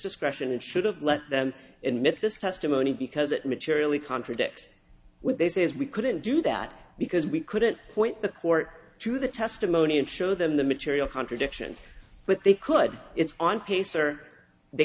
discretion and should have let them in mid this testimony because it materially contradicts with they says we couldn't do that because we couldn't point the court to the testimony and show them the material contradictions but they could it's on pacer they